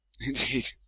Indeed